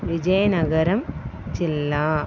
విజనగరం జిల్లా